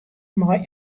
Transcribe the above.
mei